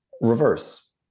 reverse